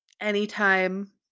anytime